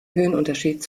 höhenunterschied